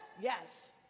Yes